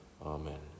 Amen